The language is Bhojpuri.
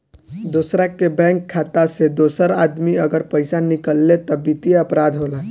दोसरा के बैंक खाता से दोसर आदमी अगर पइसा निकालेला त वित्तीय अपराध होला